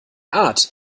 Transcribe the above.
art